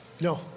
No